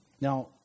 Now